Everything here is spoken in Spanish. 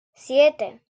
siete